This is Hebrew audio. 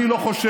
אני לא חושב,